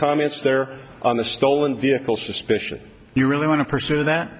comments there on the stolen vehicle suspicion you really want to pursue that